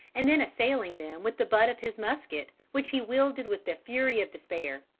and then assailing them with the butt of his musket which he wielded with the fury of despair.